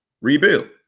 rebuild